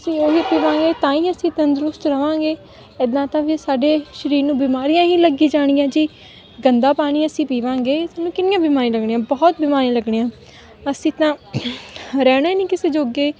ਅਸੀਂ ਉਹ ਹੀ ਪੀਵਾਂਗੇ ਤਾਂ ਹੀ ਅਸੀਂ ਤੰਦਰੁਸਤ ਰਹਾਂਗੇ ਇੱਦਾਂ ਤਾਂ ਵੀ ਸਾਡੇ ਸਰੀਰ ਨੂੰ ਬਿਮਾਰੀਆਂ ਹੀ ਲੱਗੀ ਜਾਣਗੀਆਂ ਜੀ ਗੰਦਾ ਪਾਣੀ ਅਸੀਂ ਪੀਵਾਂਗੇ ਸਾਨੂੰ ਕਿੰਨੀਆਂ ਬਿਮਾਰੀਆਂ ਲੱਗਣੀਆਂ ਬਹੁਤ ਬੀਮਾਰੀਆਂ ਲੱਗਣੀਆਂ ਅਸੀਂ ਤਾਂ ਰਹਿਣਾ ਹੀ ਨਹੀਂ ਕਿਸੇ ਜੋਗੇ